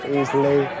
easily